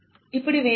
ఇప్పుడు ఇవి ఏమిటి